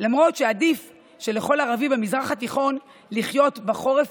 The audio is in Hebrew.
למרות שעדיף לכל ערבי במזרח התיכון לחיות בחורף